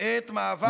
את מאבק,